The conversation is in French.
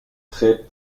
très